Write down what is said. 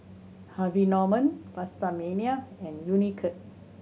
Harvey Norman PastaMania and Unicurd